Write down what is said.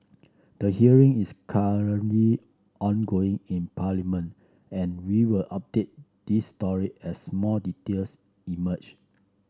the hearing is currently ongoing in Parliament and we will update this story as more details emerge